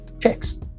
checks